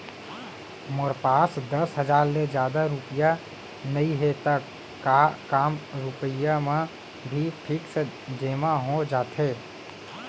मोर पास दस हजार ले जादा रुपिया नइहे त का कम रुपिया म भी फिक्स जेमा हो जाथे?